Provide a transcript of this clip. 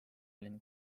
olin